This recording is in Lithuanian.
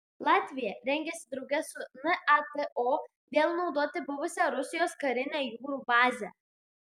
latvija rengiasi drauge su nato vėl naudoti buvusią rusijos karinę jūrų bazę